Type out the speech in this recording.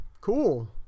cool